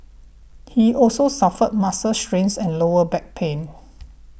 he also suffered muscle strains and lower back pain